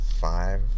Five